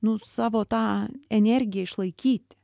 nu savo tą energiją išlaikyti